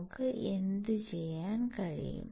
നമുക്ക് എന്തുചെയ്യാൻ കഴിയും